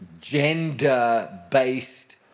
gender-based